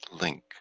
link